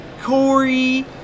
Corey